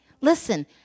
Listen